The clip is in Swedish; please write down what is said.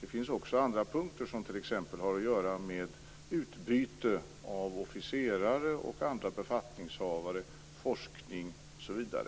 Det finns också andra punkter som t.ex. har att göra med utbyte av officerare och andra befattningshavare, forskningsutbyte osv.